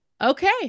Okay